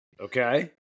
Okay